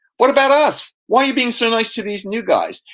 what about us? why are you being so nice to these new guys?